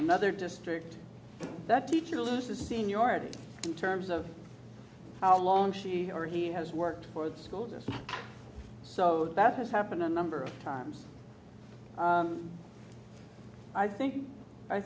another district that teacher looses seniority in terms of how long she or he has worked for the school bus so that has happened a number of times i think i